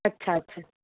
अच्छा अच्छा